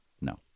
No